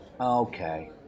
Okay